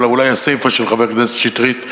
אלא אולי הסיפא של חבר הכנסת שטרית,